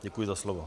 Děkuji za slovo.